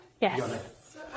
yes